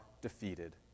defeated